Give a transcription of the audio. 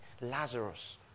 Lazarus